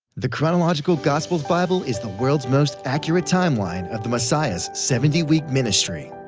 the chronological gospels bible is the world's most accurate timeline of the messiah's seventy week ministry.